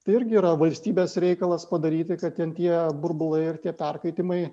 tai irgi yra valstybės reikalas padaryti kad ten tie burbulai ar tie perkaitimai